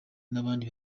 n’abandi